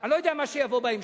אני לא יודע מה יבוא בהמשך,